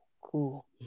cool